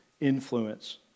influence